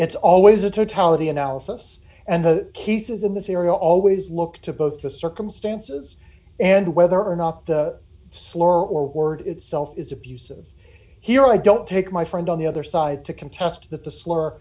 it's always a totality analysis and the case is immaterial always look to both the circumstances and whether or not the slur or word itself is abusive here i don't take my friend on the other side to contest the slur